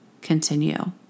Continue